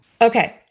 Okay